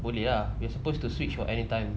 boleh ah we supposed to switch [what] any time